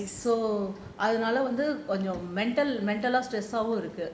அதுனால வந்து கொஞ்சம்:athunaala vanthu konjam mental lah இருக்கு:iruku